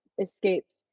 escapes